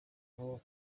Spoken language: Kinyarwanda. uko